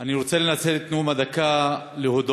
אני רוצה לנצל את נאום הדקה להודות